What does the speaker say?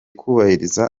kubahiriza